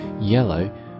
yellow